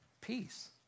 peace